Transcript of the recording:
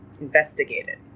investigated